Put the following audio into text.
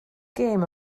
gêm